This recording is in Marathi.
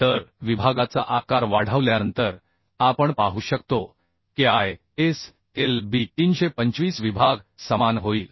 तर विभागाचा आकार वाढवल्यानंतर आपण पाहू शकतो की ISLB 325 विभाग समान होईल